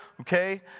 okay